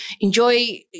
enjoy